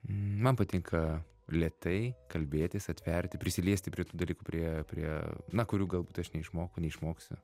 man patinka lėtai kalbėtis atverti prisiliesti prie tų dalykų prie prie na kurių galbūt aš neišmokau neišmoksiu